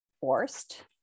forced